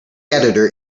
editor